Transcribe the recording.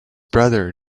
brother